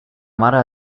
mare